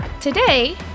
Today